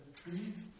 trees